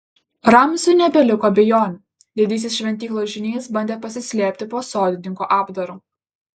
ramziui nebeliko abejonių didysis šventyklos žynys bandė pasislėpti po sodininko apdaru